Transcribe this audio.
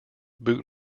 boot